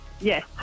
Yes